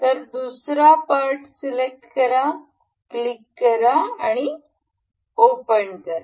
तर दुसरा part select करा क्लिक करा ओपन करा